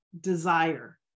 desire